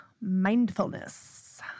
Mindfulness